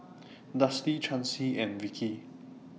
Dusty Chancy and Vikki